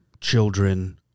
children